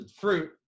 fruit